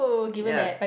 ya